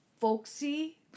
folksy